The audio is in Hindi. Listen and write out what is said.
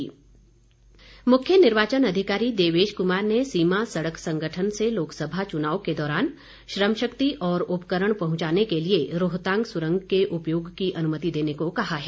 देवेश कुमार मुख्य निर्वाचन अधिकारी देवेश कुमार ने सीमा सड़क संगठन से लोकसभा चुनाव के दौरान श्रमशक्ति और उपकरण पहुंचाने के लिए रोहतांग सुरंग के उपयोग की अनुमति देने को कहा है